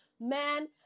man